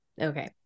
Okay